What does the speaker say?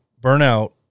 burnout